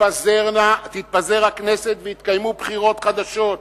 תתפזר הכנסת ויתקיימו בחירות חדשות.